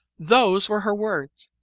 those were her words.